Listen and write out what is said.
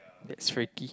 that's freaky